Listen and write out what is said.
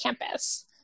campus